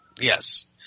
Yes